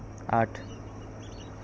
आठ